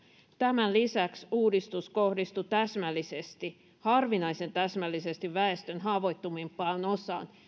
tämän lisäksi uudistus kohdistui täsmällisesti harvinaisen täsmällisesti väestön haavoittuvimpaan osaan